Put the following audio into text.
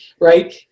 right